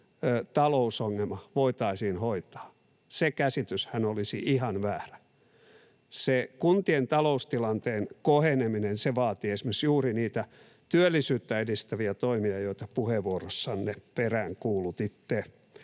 talousongelma, on ihan väärä. Kuntien taloustilanteen koheneminen vaatii esimerkiksi juuri niitä työllisyyttä edistäviä toimia, joita puheenvuorossanne peräänkuulutitte.